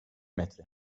metre